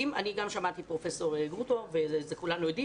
גם אני שמעתי את פרופסור גרוטו וכולנו יודעים